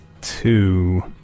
two